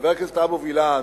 חבר הכנסת אבו וילן,